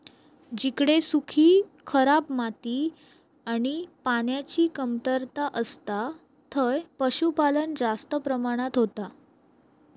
जिकडे सुखी, खराब माती आणि पान्याची कमतरता असता थंय पशुपालन जास्त प्रमाणात होता